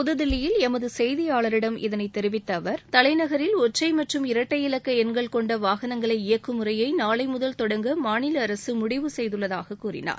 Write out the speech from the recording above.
புதுதில்லியில் எமது செய்தியாளர்களிடம் இதனை தெரிவித்த அவர் தலைநகரில் ஒற்றை மற்றும் இரட்டை இலக்க எண்கள் கொண்ட வாகனங்களை இயக்கும்முறையை நாளை முதல் தொடங்க மாநில அரசு முடிவு செய்துள்ளதாக கூறினார்